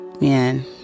man